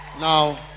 Now